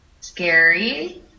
scary